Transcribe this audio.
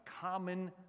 common